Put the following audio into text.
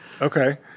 Okay